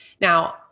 Now